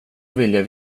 vilja